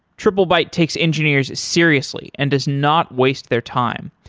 triplebyte takes engineers seriously and does not waste their time.